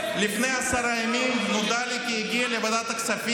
לפני עשרה ימים נודע לי כי הגיעה לוועדת הכספים